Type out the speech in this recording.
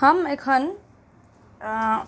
हम एखन